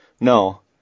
No